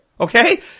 Okay